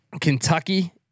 Kentucky